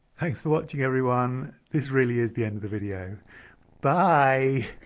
thanks for watching everyone this really is the end of the video by